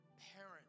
parent